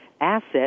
asset